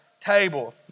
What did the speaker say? Table